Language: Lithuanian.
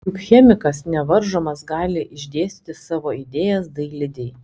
juk chemikas nevaržomas gali išdėstyti savo idėjas dailidei